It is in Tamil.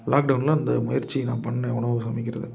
லாக்டவுன்ல அந்த முயற்சியை நான் பண்ணேன் உணவு சமைக்கிறது